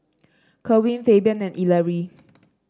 Kerwin Fabian and Ellery